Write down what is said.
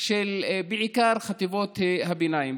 של חטיבות הביניים.